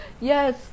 yes